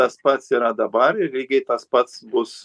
tas pats yra dabar ir lygiai tas pats bus